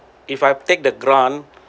if I take the grant